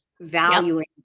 valuing